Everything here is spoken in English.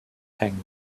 hang